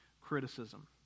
criticism